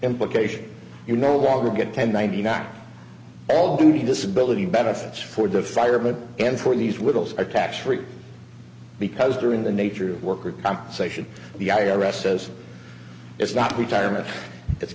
implications you no longer get ten ninety nine all due to disability benefits for the firemen and for these widows are tax free because during the nature of work or compensation the i r s says it's not retirement it's